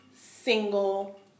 single